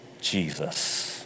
Jesus